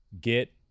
get